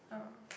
ah